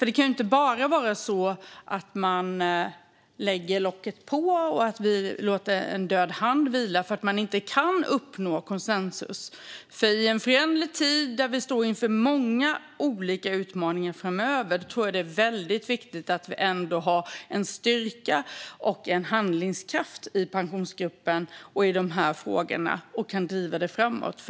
Det kan inte bara vara så att man lägger locket på och att man låter en död hand vila över detta för att man inte kan uppnå konsensus. I en föränderlig tid där vi står inför många olika utmaningar framöver tror jag att det är väldigt viktigt att vi ändå har en styrka och en handlingskraft i Pensionsgruppen och i dessa frågor och kan driva dem framåt.